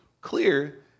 clear